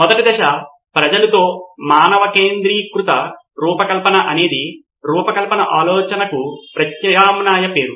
మొదటి దశ ప్రజలు తో మానవ కేంద్రీకృత రూపకల్పన అనేది రూపకల్పన ఆలోచనకు ప్రత్యామ్నాయ పేరు